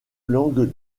langue